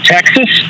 Texas